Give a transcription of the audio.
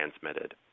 transmitted